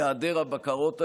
בהיעדר הבקרות האלה.